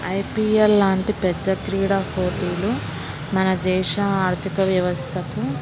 IPL లాంటి పెద్ద క్రీడా పోటీలు మన దేశ ఆర్థిక వ్యవస్థకు